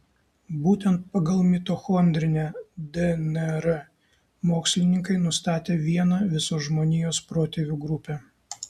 būtent pagal mitochondrinę dnr mokslininkai nustatė vieną visos žmonijos protėvių grupę